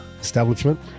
establishment